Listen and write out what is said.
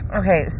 okay